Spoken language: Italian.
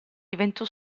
diventò